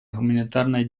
гуманитарной